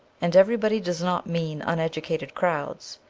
and everybody does not mean uneducated crowds,